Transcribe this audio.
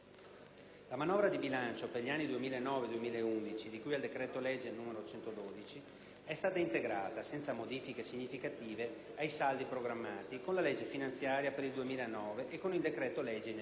La manovra di bilancio per gli anni 2009-2011, di cui al decreto-legge n. 112, è stata integrata, senza modifiche significative, ai saldi programmati, con la legge finanziaria per il 2009 e con il decreto-legge in esame.